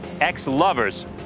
ex-lovers